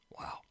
Wow